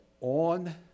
on